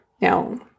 Now